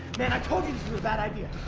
man, i told you this was a bad idea!